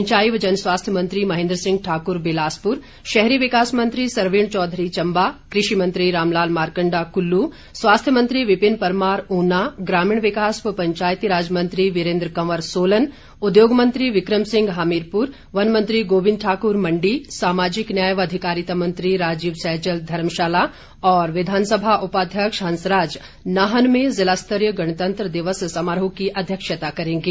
सिंचाई व जनस्वास्थ्य मंत्री महेन्द्र सिंह ठाकुर बिलासपुर शहरी विकास मंत्री सरवीण चौधरी चम्बा कृषि मंत्री रामलाल मारकण्डा कुल्लू स्वास्थ्य मंत्री विपिन परमार ऊना ग्रामीण विकास व पंचायती राज मंत्री वीरेन्द्र कंवर सोलन उद्योग मंत्री विक्रम सिंह हमीरपुर वनमंत्री गोविंद ठाकुर मण्डी सामाजिक न्याय व अधिकारिता मंत्री राजीव सैजल धर्मशाला और विधानसभा उपाध्यक्ष हंसराज नाहन में जिला स्तरीय गणतंत्र दिवस समारोह की अध्यक्षता करेंगे